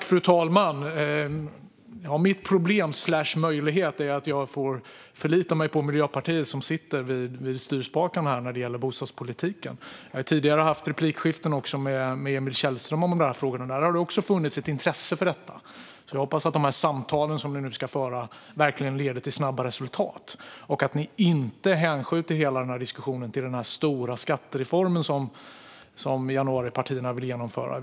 Fru talman! Mitt problem/min möjlighet är att jag får förlita mig på Miljöpartiet, som sitter vid styrspakarna när det gäller bostadspolitiken. Jag har tidigare haft replikskiften med Emil Källström om dessa frågor. Där har det också funnits intresse för detta. Jag hoppas att samtalen ni nu ska föra verkligen leder till snabba resultat och att ni inte hänskjuter hela diskussionen till den stora skattereformen som januaripartierna vill genomföra.